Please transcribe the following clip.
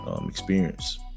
experience